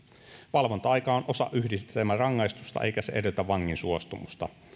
valvonta aika on osa yhdistelmärangaistusta eikä se edellytä vangin suostumusta